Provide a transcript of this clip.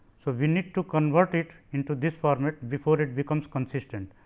so, we need to convert it into this format before, it becomes consistent.